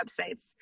websites